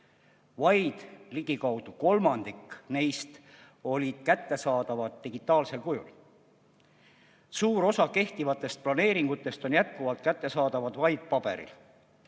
Vaid ligikaudu kolmandik neist olid kättesaadavad digitaalsel kujul. Suur osa kehtivatest planeeringutest on jätkuvalt kirjas vaid paberil.